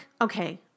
okay